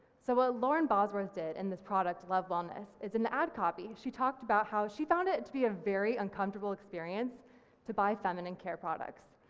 so what lauren bosworth did and this product love wellness it's an ad copy. she talked about how she found it to be a very uncomfortable experience to buy feminine care products.